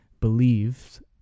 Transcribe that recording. believes